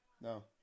No